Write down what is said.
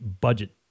budget